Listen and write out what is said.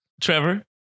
Trevor